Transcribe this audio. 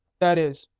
that is,